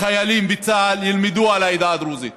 חיילים בצה"ל ילמדו על העדה הדרוזית,